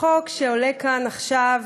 החוק שעולה כאן עכשיו,